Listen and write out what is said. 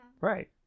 Right